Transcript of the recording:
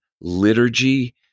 liturgy